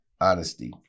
honesty